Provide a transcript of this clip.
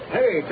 Hey